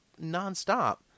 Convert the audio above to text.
nonstop